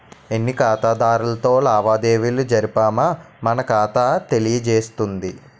ఎన్ని ఖాతాదారులతో లావాదేవీలు జరిపామో మన ఖాతా తెలియజేస్తుంది